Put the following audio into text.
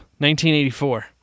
1984